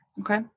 Okay